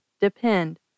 depend